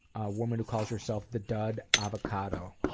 a woman who calls herself the dud avocado.